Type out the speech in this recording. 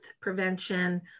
prevention